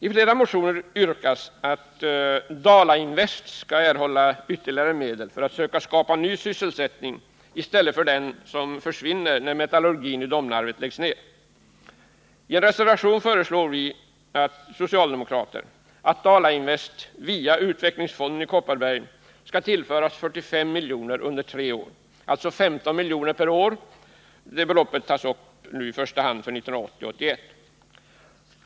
I flera motioner yrkas att Dala Invest AB skall erhålla ytterligare medel för att söka skapa ny sysselsättning i stället för den som försvinner när metallurgin i Domnarvet läggs ned. I en reservation föreslår vi socialdemokrater att Dala Invest via utvecklingsfonden i Kopparberg tillförs sammanlagt 45 milj.kr. under tre år, alltså 15 milj.kr. per år. Detta belopp föreslås nu i första hand för budgetåret 1980/81.